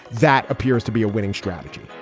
that appears to be a winning strategy.